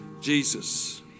Jesus